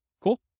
Cool